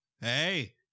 Hey